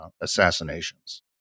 assassinations